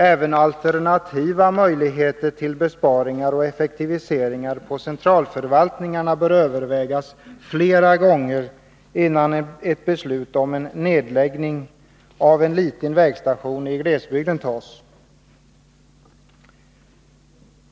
Även alternativa möjligheter till besparingar och effektiviseringar vid centralförvaltningarna bör övervägas flera gånger innan ett beslut om en nedläggning av en liten vägstation i glesbygd tas.